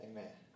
Amen